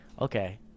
okay